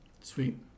Sweet